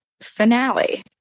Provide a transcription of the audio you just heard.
finale